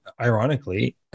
ironically